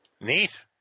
Neat